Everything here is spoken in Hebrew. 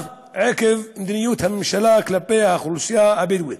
עקב מדיניות הממשלה כלפי האוכלוסייה הבדואית.